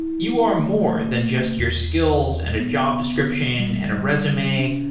you are more than just your skills and a job description and a resume,